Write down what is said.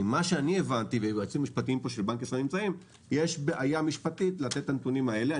הבנתי שיש בעיה משפטית לתת את הנתונים האלה.